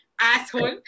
asshole